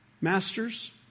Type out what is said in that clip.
Masters